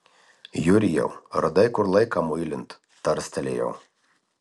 jurijau radai kur laiką muilint tarstelėjau